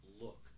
look